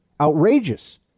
Outrageous